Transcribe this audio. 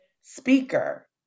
speaker